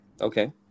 okay